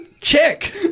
Check